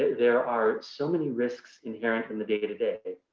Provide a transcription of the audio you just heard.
there are so many risks inherent in the day to day,